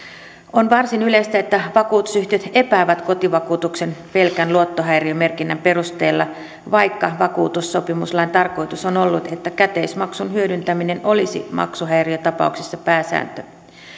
on varsin yleistä että vakuutusyhtiöt epäävät kotivakuutuksen pelkän luottohäiriömerkinnän perusteella vaikka vakuutussopimuslain tarkoitus on ollut että käteismaksun hyödyntäminen olisi maksuhäiriötapauksissa pääsääntö